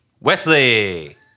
Wesley